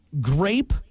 grape